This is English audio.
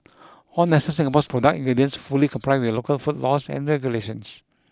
all Nestle Singapore's product ingredients fully comply with local food laws and regulations